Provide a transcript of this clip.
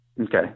Okay